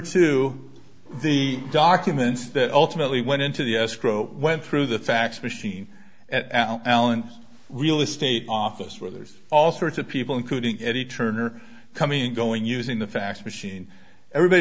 two the documents that ultimately went into the escrow went through the fax machine at allan real estate office where there's all sorts of people including eddie turner coming and going using the fax machine everybody